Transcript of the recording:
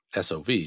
SOV